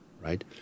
right